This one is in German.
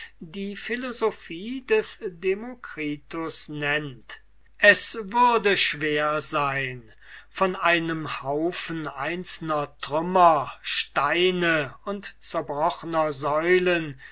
die philosophie des demokritus nennt es würde schwer sein von einem haufen einzelner trümmer steine und zerbrochener säulen